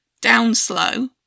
down-slow